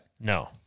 No